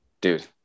dude